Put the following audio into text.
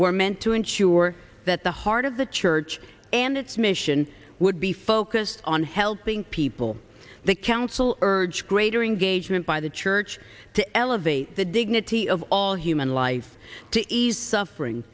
were meant to ensure that the heart of the church and its mission would be focused on helping people the council urge greater engagement by the church to elevate the dignity of all human life to ease suffering